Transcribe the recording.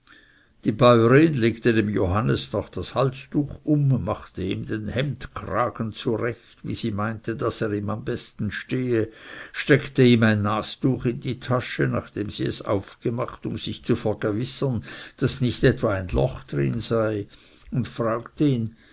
die bäurin legte dem johannes noch das halstuch um machte ihm den hemdekragen zu recht wie sie meinte daß er ihm am besten stehe steckte ihm ein nastuch in die tasche nachdem sie es aufgemacht um sich zu vergewissern daß nicht etwa ein loch darin sei fragte ihn